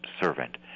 servant